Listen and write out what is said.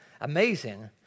amazing